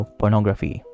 pornography